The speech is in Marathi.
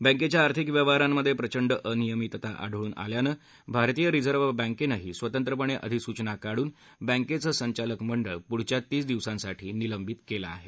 बँकेच्या आर्थिक व्यवहारांमध्ये प्रचंड अनियमितता आढळून आल्यामुळे भारतीय रिझर्व्ह बँकेनही स्वतंत्रपणे अधिसूचना काढून बँकेचं संचालक मंडळ पुढच्या तीस दिवसांसाठी निलंबित केलं आहे